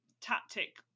tactic